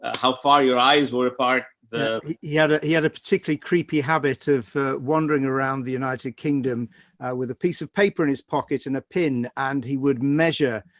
how far your eyes were apart. the, he had a, he had a particularly creepy habit of wandering around the united kingdom with a piece of paper in his pocket and a pin and he would measure,